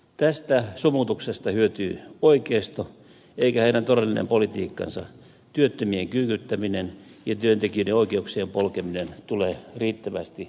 tästä sumutuksesta hyötyy oikeisto eikä heidän todellinen politiikkansa työttömien kyykyttäminen ja työntekijöiden oikeuksien polkeminen tule riittävästi julki